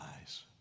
eyes